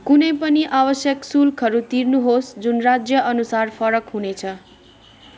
कुनै पनि आवश्यक शुल्कहरू तिर्नुहोस् जुन राज्यअनुसार फरक हुनेछ